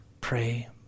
pray